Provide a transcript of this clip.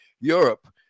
Europe